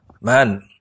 man